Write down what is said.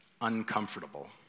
uncomfortable